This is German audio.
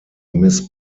miss